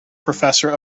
professor